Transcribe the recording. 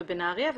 בנהריה,